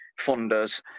funders